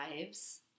lives